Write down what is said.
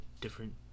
different